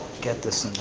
get this one.